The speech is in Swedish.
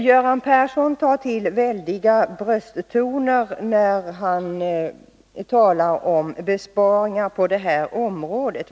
Göran Persson tog till väldiga brösttoner när han talade om besparingar på det här området.